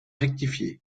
rectifié